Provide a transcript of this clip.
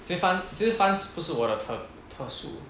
这些 fund 这些 funds 不是我的特特殊